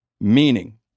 Meaning